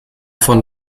von